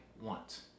want